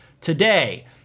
today